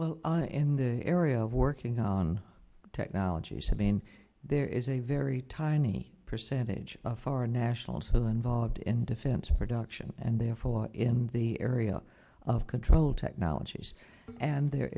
well in the area of working on technologies have been there is a very tiny percentage of foreign nationals who are involved in defense of production and therefore in the area of control technologies and there